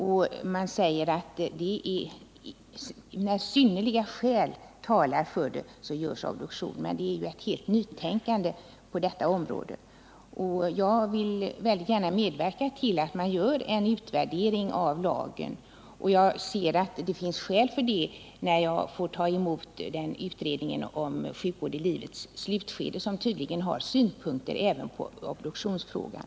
Jag fick svaret att obduktion görs när synnerliga skäl talar för det, och att det finns ett nytänkande på detta område. Jag vill gärna medverka till att man gör en utvärdering av lagen, men jag anser att det finns skäl att ta ställning till den frågan när jag har fått utredningens betänkande om sjukvård i livets slutskede. Utredningen kan nämligen väntas ha synpunkter även på obduktionsfrågan.